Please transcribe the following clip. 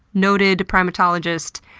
noted primatologist,